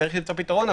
צריך למצוא פתרון.